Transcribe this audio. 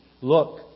Look